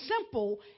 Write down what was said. simple